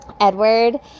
Edward